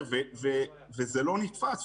זה לא נתפס.